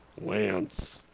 Lance